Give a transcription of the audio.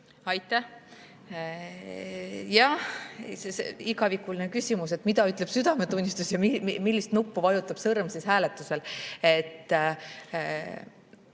Aitäh! Jah, igavikuline küsimus: mida ütleb südametunnistus ja millist nuppu vajutab sõrm hääletusel.